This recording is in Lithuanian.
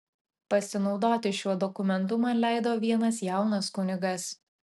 pasinaudoti šiuo dokumentu man leido vienas jaunas kunigas